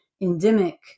endemic